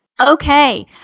Okay